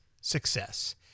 success